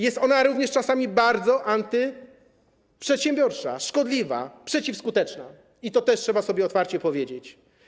Jest ona również czasami bardzo antyprzedsiębiorcza, szkodliwa, przeciwskuteczna - i to też trzeba sobie otwarcie powiedzieć.